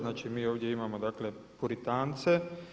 Znači mi ovdje imamo, dakle puritance.